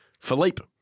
Philippe